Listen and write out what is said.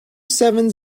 seven